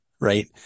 right